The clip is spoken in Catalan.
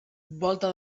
volta